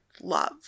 love